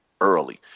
early